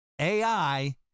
AI